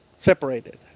separated